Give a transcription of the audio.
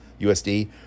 USD